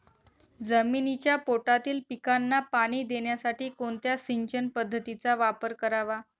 जमिनीच्या पोटातील पिकांना पाणी देण्यासाठी कोणत्या सिंचन पद्धतीचा वापर करावा?